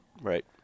right